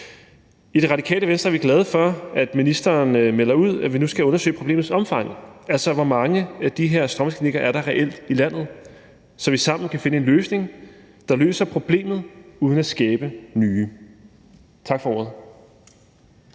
I Det Radikale Venstre er vi glade for, at ministeren melder ud, at vi nu skal undersøge problemets omfang, altså hvor mange af de her stråmandsklinikker der reelt er i landet, så vi sammen kan finde en løsning på problemet uden at skabe nye. Tak for ordet.